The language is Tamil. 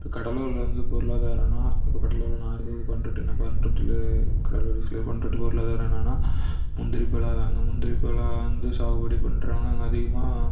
இப்போ கடலூரில் வந்து பொருளாதாரம்னா இப்போ கடலூரில் நான் இருக்கிறது இப்போ பண்ருட்டியில் பண்ருட்டியில் கடலூர் பண்ருட்டி பொருளாதாரம் என்னென்னா முந்திரி பழம் முந்திரி பழம் வந்து சாகுபடி பண்ணுறாங்க அதிகமாக